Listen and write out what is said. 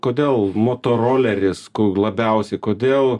kodėl motoroleris labiausi kodėl